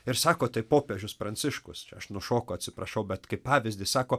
ir sako tai popiežius pranciškus aš nušoku atsiprašau bet kaip pavyzdį sako